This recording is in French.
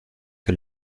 que